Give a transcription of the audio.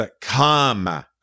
come